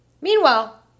Meanwhile